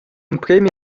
emprema